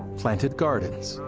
planted gardens,